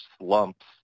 slumps